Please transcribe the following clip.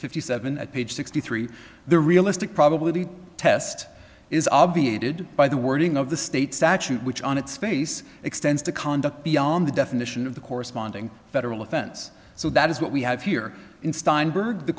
fifty seven a page sixty three the realistic probability test is obviated by the wording of the state statute which on its face extends to conduct beyond the definition of the corresponding federal offense so that is what we have here in steinberg the